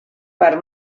per